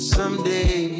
Someday